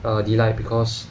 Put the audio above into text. delight because